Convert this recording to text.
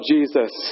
Jesus